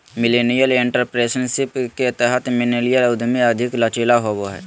millennial entrepreneurship के तहत millennial उधमी अधिक लचीला होबो हय